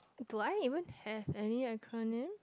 do I even have any acronym